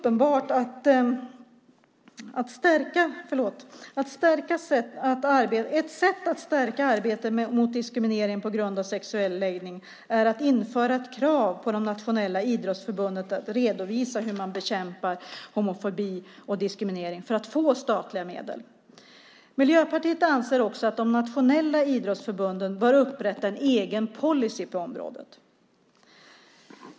Ett sätt att stärka arbetet mot diskriminering på grund av sexuell läggning är att införa ett krav på att de nationella idrottsförbunden ska redovisa hur man bekämpar homofobi och diskriminering för att få statliga medel. Miljöpartiet anser också att de nationella idrottsförbunden bör upprätta en egen policy på området.